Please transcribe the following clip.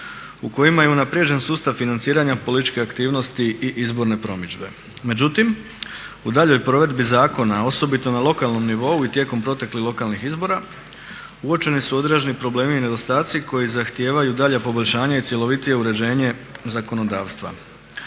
u kojima je unaprijeđen sustav financiranja političkih aktivnosti i izborne promidžbe. Međutim, u daljoj provedbi zakona osobito na lokalnom nivou i tijekom proteklih lokalnih izbora uočeni su određeni problemi i nedostatci koji zahtijevaju dalja poboljšanja i cjelovitije uređenje zakonodavstva.